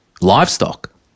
livestock